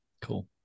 Cool